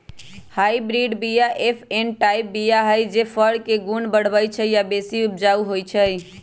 hybrid बीया F one type बीया हई जे फर के गुण बढ़बइ छइ आ बेशी उपजाउ होइ छइ